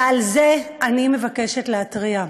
ועל זה אני מבקשת להתריע.